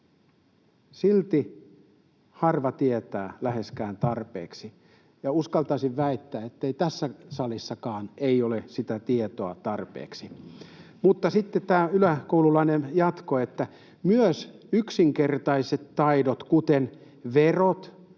”Silti harva tietää läheskään tarpeeksi” — uskaltaisin väittää, että tässä salissakaan ei ole sitä tietoa tarpeeksi. Sitten tämä yläkoululainen jatkoi: ”Myös yksinkertaiset taidot, kuten verot,